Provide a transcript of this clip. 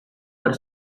were